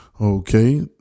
Okay